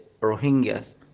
Rohingyas